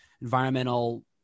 environmental